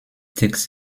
takes